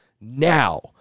now